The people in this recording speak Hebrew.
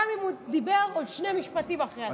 גם אם הוא דיבר עוד שני משפטים אחרי הזמן.